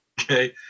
Okay